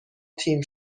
تیم